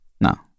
No